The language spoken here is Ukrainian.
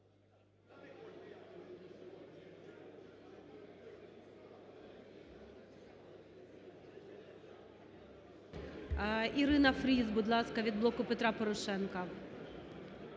Ірина Фріз, будь ласка, від "Блоку Петра Порошенка".